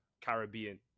Caribbean